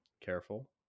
Careful